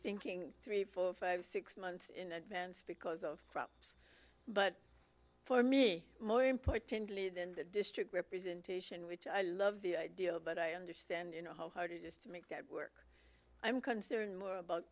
thinking three four five six months in advance because of problems but for me more importantly than the district representation which i love the idea but i understand you know how hard it is to make that work i'm concerned more about